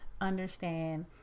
understand